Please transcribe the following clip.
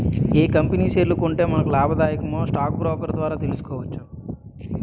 ఏ company షేర్లు కొంటే మనకు లాభాదాయకమో స్టాక్ బ్రోకర్ ద్వారా తెలుసుకోవచ్చు